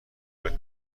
لاک